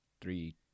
three